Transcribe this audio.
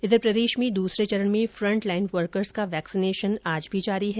इधर प्रदेश में दूसरे चरण में फंट लाइन वर्कर्स का वैक्सीनेशन जारी है